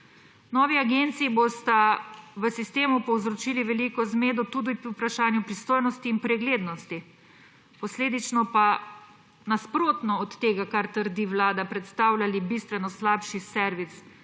Novi agenciji bosta v sistemu povzročili veliko zmedo tudi pri vprašanju pristojnosti in preglednosti, posledično pa, nasprotno od tega, kar trdi vlada, predstavljali bistveno slabši servis